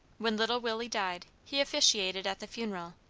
when little willie died, he officiated at the funeral.